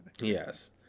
Yes